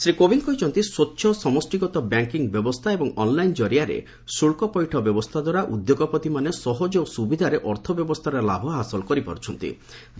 ଶ୍ରୀ କୋବିନ୍ଦ କହିଛନ୍ତି ସ୍ୱଚ୍ଚ ସମଷ୍ଟିଗତ ବ୍ୟାଙ୍କିଙ୍ଗ୍ ବ୍ୟବସ୍ଥା ଏବଂ ଅନ୍ଲାଇନ୍ ଜରିଆରେ ଶୁଳ୍କ ପୈଠ ବ୍ୟବସ୍ଥାଦ୍ୱାରା ଉଦ୍ୟୋଗପତିମାନେ ସହଜ ଓ ସୁବିଧାରେ ଅର୍ଥ ବ୍ୟବସ୍ଥାର ଲାଭ ହାସଲ କରିପାର୍ଚ୍ଛନ୍ତି